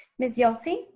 miss yelsey?